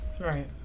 right